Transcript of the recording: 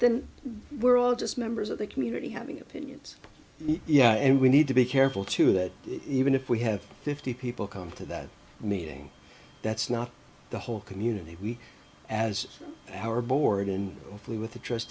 then we're all just members of the community having opinions yeah and we need to be careful too that even if we have fifty people come to that meeting that's not the whole community we as our board and hopefully with the trust